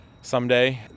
someday